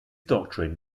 doctrine